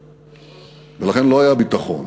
ולכן, לא היה ביטחון,